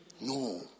No